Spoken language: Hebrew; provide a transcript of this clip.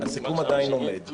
הסיכום עדיין עומד.